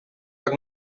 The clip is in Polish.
jak